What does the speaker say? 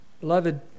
Beloved